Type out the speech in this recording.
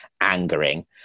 angering